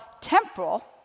temporal